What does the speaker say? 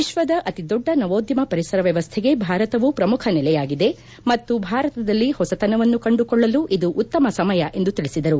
ವಿಶ್ವದ ಅತಿದೊಡ್ಡ ನವೋದ್ಯಮ ಪರಿಸರ ವ್ಯವಸ್ಟೆಗೆ ಭಾರತವೂ ಪ್ರಮುಖ ನೆಲೆಯಾಗಿದೆ ಮತ್ತು ಭಾರತದಲ್ಲಿ ಹೊಸತನವನ್ನು ಕಂಡುಕೊಳ್ಳಲು ಇದು ಉತ್ತಮ ಸಮಯ ಎಂದು ತಿಳಿಸಿದರು